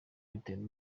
bitewe